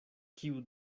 kiu